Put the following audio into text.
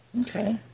okay